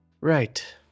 Right